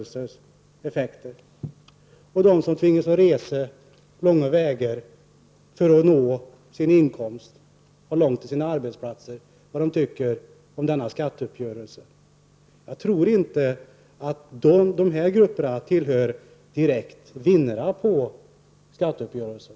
Vi får väl se vad de som tvingas resa långa vägar för att få sin inkomst, de som har långt till sina arbetsplatser, tycker om den. Jag tror inte att de grupperna direkt tillhör vinnarna på skatteuppgörelsen.